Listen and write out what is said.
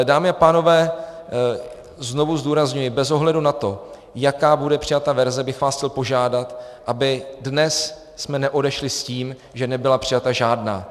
Dámy a pánové, znovu zdůrazňuji bez ohledu na to, jaká bude přijata verze, bych vás chtěl požádat, abychom dnes neodešli s tím, že nebyla přijata žádná.